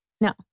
no